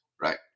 right